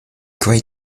great